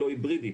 לא היברידי,